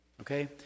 Okay